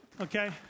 Okay